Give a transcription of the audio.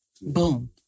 Boom